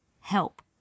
help